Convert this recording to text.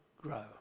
grow